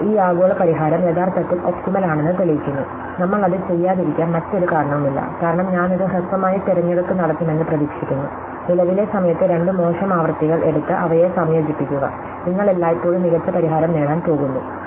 ഇപ്പോൾ ഈ ആഗോള പരിഹാരം യഥാർത്ഥത്തിൽ ഒപ്റ്റിമൽ ആണെന്ന് തെളിയിക്കുന്നു നമ്മൾ അത് ചെയ്യാതിരിക്കാൻ മറ്റൊരു കാരണവുമില്ല കാരണം ഞാൻ ഒരു ഹ്രസ്വമായ തിരഞ്ഞെടുപ്പ് നടത്തുമെന്ന് പ്രതീക്ഷിക്കുന്നു നിലവിലെ സമയത്ത് രണ്ട് മോശം ആവൃത്തികൾ എടുത്ത് അവയെ സംയോജിപ്പിക്കുക നിങ്ങൾ എല്ലായ്പ്പോഴും മികച്ച പരിഹാരം നേടാൻ പോകുന്നു